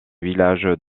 villages